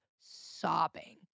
sobbing